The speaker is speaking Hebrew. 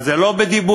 אז לא בדיבורים,